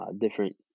different